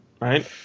right